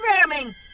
programming